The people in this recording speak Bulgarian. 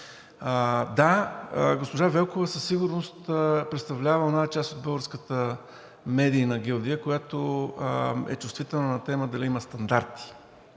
Да, госпожа Велкова със сигурност представлява онази част от българската медийна гилдия, която е чувствителна на тема дали има стандарт.